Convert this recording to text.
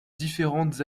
différentes